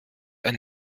ein